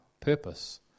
purpose